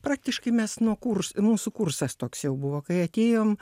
praktiškai mes nuo kurs mūsų kursas toks jau buvo kai atėjom